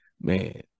man